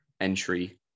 entry